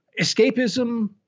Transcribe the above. escapism